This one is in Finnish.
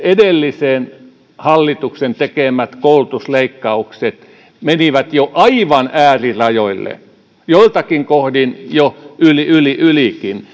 edellisen hallituksen tekemät koulutusleikkaukset menivät jo aivan äärirajoille joiltakin kohdin jo ylikin